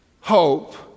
hope